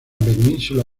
península